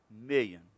million